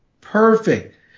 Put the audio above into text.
Perfect